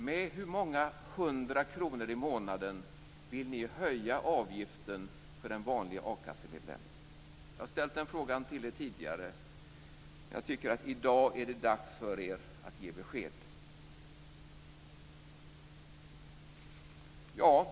Med hur många hundra kronor i månaden vill ni höja avgiften för en vanlig a-kassemedlem? Jag har ställt den frågan till er tidigare. Jag tycker att det i dag är dags för er att ge besked.